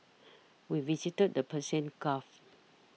we visited the Persian Gulf